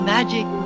Magic